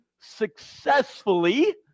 successfully